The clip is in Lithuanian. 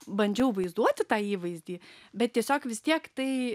bandžiau vaizduoti tą įvaizdį bet tiesiog vis tiek tai